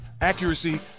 accuracy